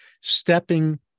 stepping